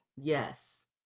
Yes